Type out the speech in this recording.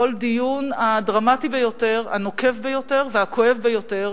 בכל דיון, הדרמטי ביותר, הנוקב ביותר והכואב ביותר